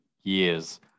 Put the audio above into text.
years